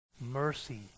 Mercy